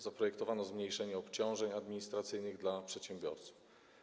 Zaprojektowano zmniejszenie obciążeń administracyjnych dla przedsiębiorców.